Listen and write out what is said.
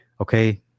Okay